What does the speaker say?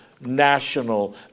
national